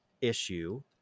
issue